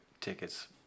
tickets